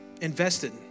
invested